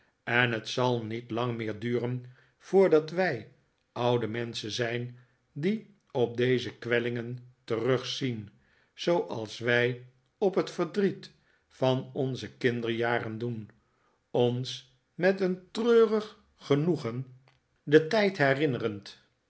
en het zal niet lang meer duren voordat wij oude menschen zijn die op deze kwellingen terugzien zooals wij op het verdriet van onze kinderjaren doen ons met een treurig genoegen den tijd herinnerend